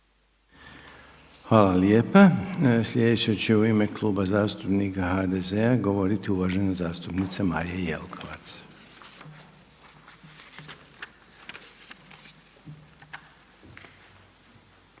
Hvala lijepa. Sljedeća će u ime Kluba zastupnika HDZ-a govoriti uvažena zastupnica Marija Jelkovac.